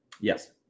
Yes